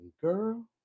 Girl